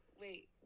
Wait